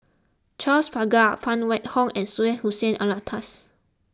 Charles Paglar Phan Wait Hong and Syed Hussein Alatas